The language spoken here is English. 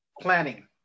planning